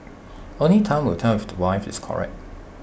only time will tell if the wife is correct